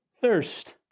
thirst